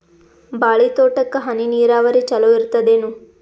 ಬಾಳಿ ತೋಟಕ್ಕ ಹನಿ ನೀರಾವರಿ ಚಲೋ ಇರತದೇನು?